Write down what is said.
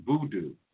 voodoo